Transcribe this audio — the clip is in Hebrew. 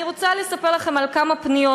אני רוצה לספר לכם על כמה פניות.